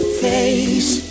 face